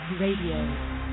Radio